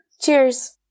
Cheers